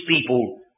people